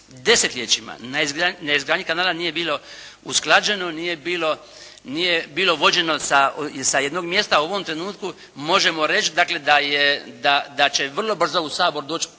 desetljećima na izgradnji kanala nije bilo usklađeno, nije bilo vođeno sa jednog mjesta. U ovom trenutku možemo reći, dakle, da je, da će vrlo brzo u Sabor doći